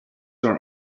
are